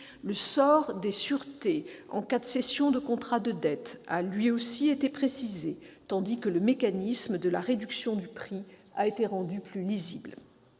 le sort des sûretés en cas de cession de contrat ou de dette a, lui aussi, été précisé, tandis que le mécanisme de la réduction du prix a été rendu plus lisible.